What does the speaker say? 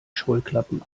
scheuklappen